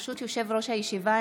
ברשות יושב-ראש הישיבה,